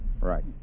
Right